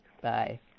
Bye